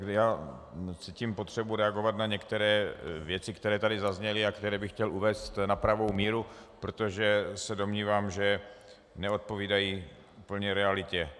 Já cítím potřebu reagovat na některé věci, které tady zazněly a které bych chtěl uvést na pravou míru, protože se domnívám, že neodpovídají úplně realitě.